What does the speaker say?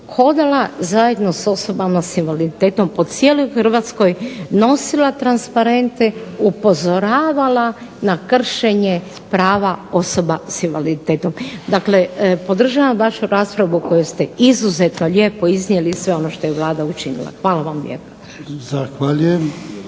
hodala zajedno sa osobama sa invaliditetom po cijeloj Hrvatskoj, nosila transparente, upozoravala na kršenje prava osoba sa invaliditetom. Dakle, podržavam vašu raspravu u kojoj ste izuzetno lijepo iznijeli sve ono što je Vlada učinila. Hvala vam lijepa.